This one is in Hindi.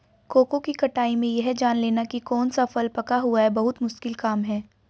कोको की कटाई में यह जान लेना की कौन सा फल पका हुआ है बहुत मुश्किल काम है